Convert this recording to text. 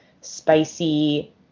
spicy